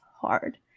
Hard